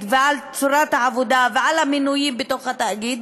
ועל צורת העבודה ועל המינויים בתוך התאגיד,